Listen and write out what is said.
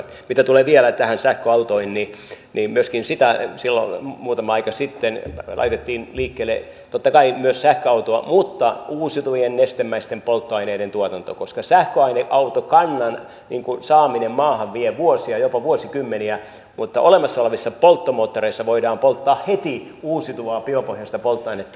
mitä tulee vielä näihin sähköautoihin niin myöskin sitä asiaa silloin muutama aika sitten laitettiin liikkeelle totta kai myös sähköautoa mutta myös uusiutuvien nestemäisten polttoaineiden tuotantoa koska sähköautokannan saaminen maahan vie vuosia jopa vuosikymmeniä mutta olemassa olevissa polttomoottoreissa voidaan polttaa heti uusiutuvaa biopohjaista polttoainetta